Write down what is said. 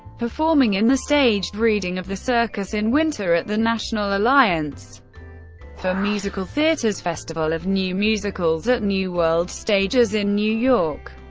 performing in the staged reading of the circus in winter at the national alliance for musical theatre's festival of new musicals at new world stages in new york.